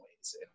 ways